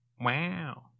Wow